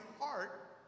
heart